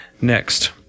Next